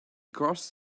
crossed